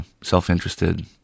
self-interested